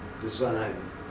design